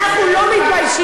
אנחנו לא מתביישים,